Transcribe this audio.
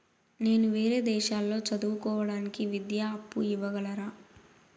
నేను వేరే దేశాల్లో చదువు కోవడానికి విద్యా అప్పు ఇవ్వగలరా?